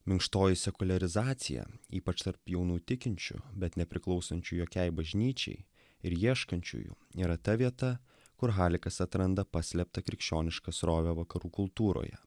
minkštoji sekuliarizacija ypač tarp jaunų tikinčių bet nepriklausančių jokiai bažnyčiai ir ieškančiųjų yra ta vieta kur halikas atranda paslėptą krikščionišką srovę vakarų kultūroje